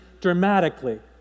dramatically